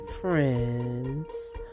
friend's